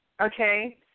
Okay